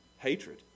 Hatred